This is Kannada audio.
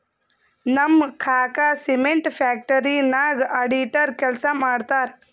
ನಮ್ ಕಾಕಾ ಸಿಮೆಂಟ್ ಫ್ಯಾಕ್ಟರಿ ನಾಗ್ ಅಡಿಟರ್ ಕೆಲ್ಸಾ ಮಾಡ್ತಾರ್